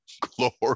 Glory